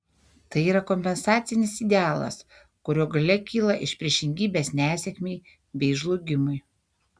tai yra kompensacinis idealas kurio galia kyla iš priešingybės nesėkmei bei žlugimui